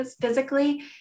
physically